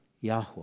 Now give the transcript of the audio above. Yahweh